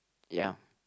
ya